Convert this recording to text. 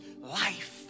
life